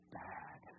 bad